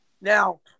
Now